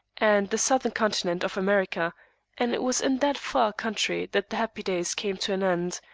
and the southern continent of america and it was in that far country that the happy days came to an end,